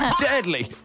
Deadly